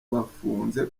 bafunze